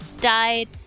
died